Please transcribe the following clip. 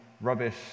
rubbish